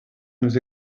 nous